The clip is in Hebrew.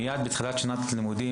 מיד בתחילת שנת הלימודים,